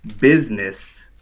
business